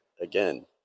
again